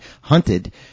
Hunted